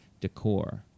decor